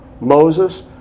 Moses